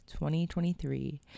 2023